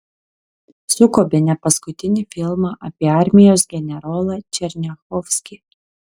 suko bene paskutinį filmą apie armijos generolą černiachovskį